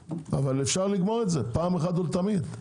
אפשר לגמור את זה פעם אחת ולתמיד.